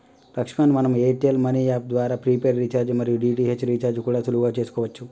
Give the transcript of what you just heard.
లక్ష్మణ్ మనం Airtel money app ద్వారా prepaid recharge మరియు డి.టి.హెచ్ రీఛార్జి కూడా సులువుగా చేసుకోవచ్చు